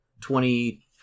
Twenty